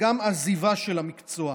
וגם עזיבה של המקצוע.